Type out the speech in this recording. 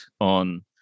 on